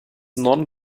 non